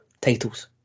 titles